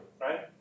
right